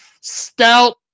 stout